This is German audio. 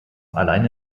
alleine